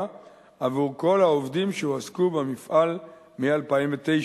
עבור כל העובדים שהועסקו במפעל מ-2009,